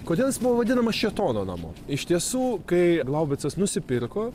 kodėl jis buvo vadinamas šėtono namu iš tiesų kai glaubicas nusipirko